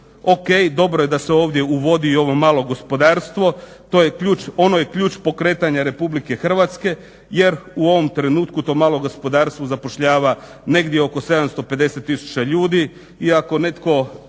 ok, dobro je da se ovdje uvodi i ovo malo gospodarstvo, ono je ključ pokretanja Republike Hrvatske jer u ovom trenutku to malo gospodarstvo zapošljava negdje oko 750 tisuća ljudi i ako netko